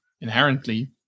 inherently